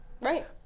right